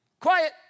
Quiet